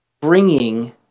bringing